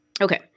Okay